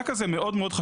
השנייה,